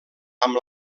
amb